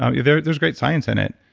um there's there's great science in it.